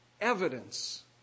evidence